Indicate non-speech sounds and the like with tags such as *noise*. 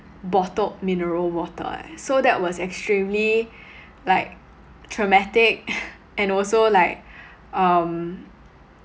bottled mineral water leh so that was extremely like traumatic *laughs* and also like um